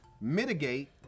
Mitigate